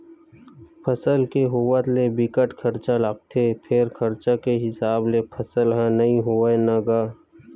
फसल के होवत ले बिकट खरचा लागथे फेर खरचा के हिसाब ले फसल ह नइ होवय न गा